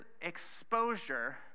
exposure